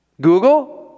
Google